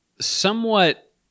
somewhat